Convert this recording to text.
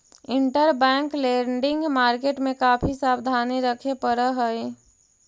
interbank lending market में काफी सावधानी रखे पड़ऽ हई